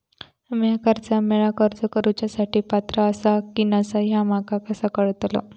म्या कर्जा मेळाक अर्ज करुच्या साठी पात्र आसा की नसा ह्या माका कसा कळतल?